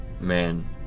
Man